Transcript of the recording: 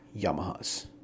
yamahas